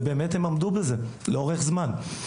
ובאמת הם עמדו בזה, לאורך זמן.